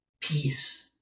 peace